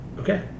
okay